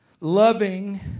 Loving